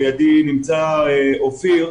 לידי נמצא אופיר.